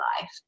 life